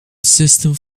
systems